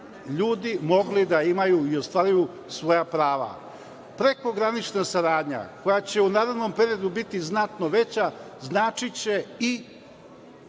ljudi mogli da imaju i ostvaruju svoja prava. Prekogranična saradnja koja će u narednom periodu biti znatno veća znači će i